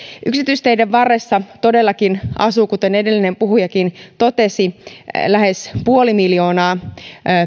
yksityisteiden varrella todellakin asuu kuten edellinen puhujakin totesi lähes puoli miljoonaa